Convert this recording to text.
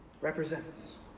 represents